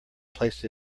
placed